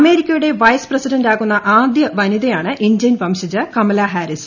അമേരിക്കയുടെ വൈസ് പ്രസിഡന്റാകുന്ന ആദ്യവനിതയാണ് ഇന്ത്യൻ വംശജ കമല ഹാരിസ്